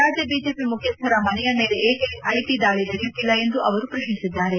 ರಾಜ್ಯ ಬಿಜೆಪಿ ಮುಖ್ಯಸ್ಥರ ಮನೆಯ ಮೇಲೆ ಏಕೆ ಐಟಿ ದಾಳಿ ನಡೆಯುತ್ತಿಲ್ಲ ಎಂದು ಅವರು ಪ್ರಶ್ನಿಸಿದ್ದಾರೆ